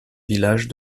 village